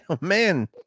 man